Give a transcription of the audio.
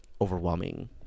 overwhelming